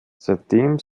seitdem